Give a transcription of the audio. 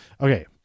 okay